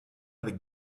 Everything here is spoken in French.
avec